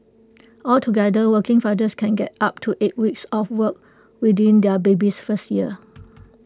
altogether working fathers can get up to eight weeks off work within their baby's first year